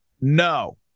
no